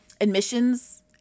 admissions